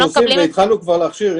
התחלנו כבר להכשיר.